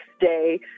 day